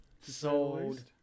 Sold